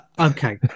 Okay